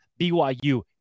BYU